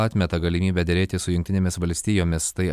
atmeta galimybę derėtis su jungtinėmis valstijomis tai